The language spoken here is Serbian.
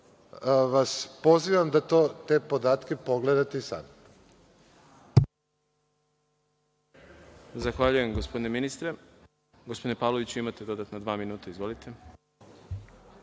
vas pozivam da te podatke pogledate.